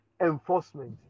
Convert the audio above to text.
enforcement